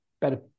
better